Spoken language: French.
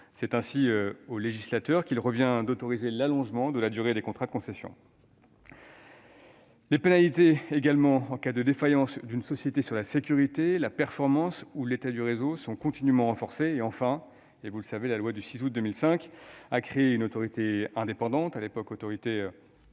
C'est ainsi au législateur qu'il revient d'autoriser l'allongement de la durée des contrats de concession. Les pénalités en cas de défaillance d'une société sur la sécurité, la performance ou l'état du réseau sont continûment renforcées. Enfin, la loi du 6 août 2015 a créé une autorité de régulation indépendante